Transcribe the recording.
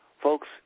folks